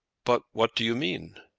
but what do you mean?